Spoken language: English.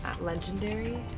legendary